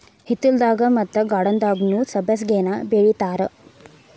ಹಿತ್ತಲದಾಗ ಮತ್ತ ಗಾರ್ಡನ್ದಾಗುನೂ ಸಬ್ಬಸಿಗೆನಾ ಬೆಳಿತಾರ